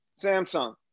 Samsung